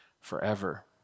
forever